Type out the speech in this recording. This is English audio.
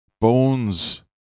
bones